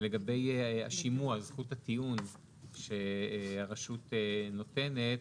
לגבי השימוע וזכות הטיעון שהרשות לניירות ערך נותנת.